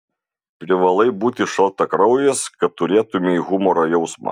privalai būti šaltakraujis kad turėtumei humoro jausmą